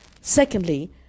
Secondly